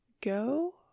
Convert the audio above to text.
Go